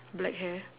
black hair